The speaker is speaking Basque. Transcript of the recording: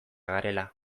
garela